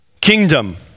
kingdom